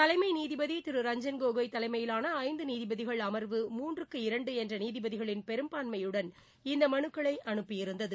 தலைமை நீதிபதி திரு ரஞ்சன் கோகோய் தலைமையிலான ஐந்து நீதிபதிகள் அமர்வு மூன்றுக்கு இரண்டு என்ற நீதிபதிகளின் பெரும்பான்மயுடன் இந்த மனுக்களை அனுப்பியிருந்தது